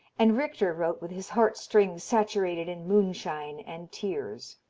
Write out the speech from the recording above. and richter wrote with his heart-strings saturated in moonshine and tears.